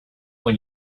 when